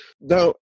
Now